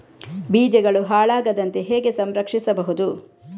ಬೀಜಗಳು ಹಾಳಾಗದಂತೆ ಹೇಗೆ ಸಂರಕ್ಷಿಸಬಹುದು?